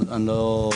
אבל אני לא,